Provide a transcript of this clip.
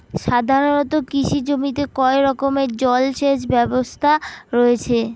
সাধারণত কৃষি জমিতে কয় রকমের জল সেচ ব্যবস্থা রয়েছে?